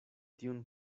tiun